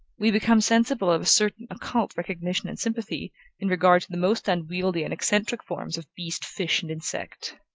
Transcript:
we become sensible of a certain occult recognition and sympathy in regard to the most unwieldly and eccentric forms of beast, fish, and insect.